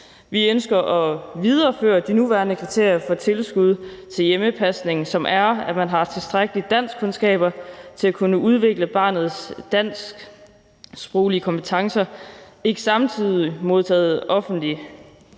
Vi ønsker at videreføre de nuværende kriterier for tilskud til hjemmepasning, som er, at man har tilstrækkelige danskkundskaber til at kunne udvikle barnets dansksproglige kompetencer, og man skal have haft et